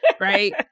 Right